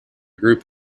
group